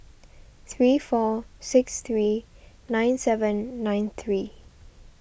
three four six three nine seven nine three